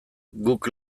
guk